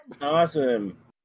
Awesome